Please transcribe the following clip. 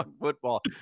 football